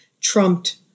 trumped